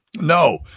No